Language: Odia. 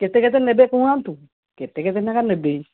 କେତେ କେତେ ନେବେ କୁହନ୍ତୁ କେତେ କେତେ ଟଙ୍କା ନେବି